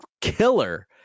killer